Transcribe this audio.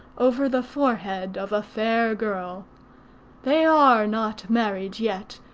over the forehead of a fair girl they are not married yet,